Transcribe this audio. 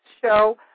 show